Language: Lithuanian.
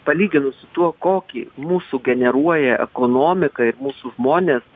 palyginus su tuo kokį mūsų generuoja ekonomika mūsų žmonės